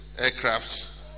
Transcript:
aircrafts